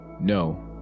No